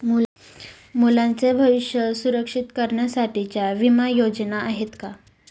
मुलांचे भविष्य सुरक्षित करण्यासाठीच्या विमा योजना आहेत का?